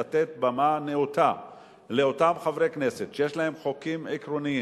לתת במה נאותה לאותם חברי כנסת שיש להם חוקים עקרוניים,